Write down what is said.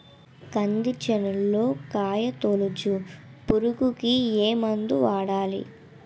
కంది చేనులో కాయతోలుచు పురుగుకి ఏ మందు వాడాలి?